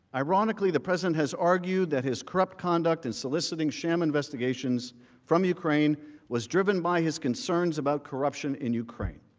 ironically the president has argued that his corrupt conduct in soliciting sham investigations from ukraine was driven by his concerns about corruption in ukraine.